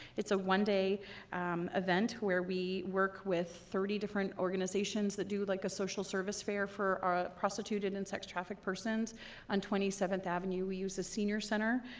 it's a one day event where we work with thirty different organizations that do like a social service fair for ah prostituted and sex trafficked persons on twenty seventh avenue, we use a senior center,